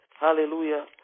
hallelujah